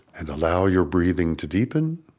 and allow your breathing to deepen,